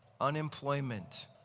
unemployment